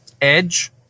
Edge